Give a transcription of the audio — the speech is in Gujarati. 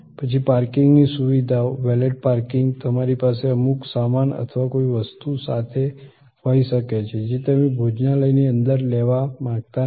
પછી પાર્કિંગની સુવિધાઓ વેલેટ પાર્કિંગ તમારી પાસે અમુક સામાન અથવા કોઈ વસ્તુ સાથે હોય શકે છે જે તમે ભોજનાલયની અંદર લેવા માંગતા નથી